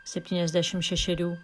septyniasdešim šešerių